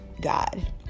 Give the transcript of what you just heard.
God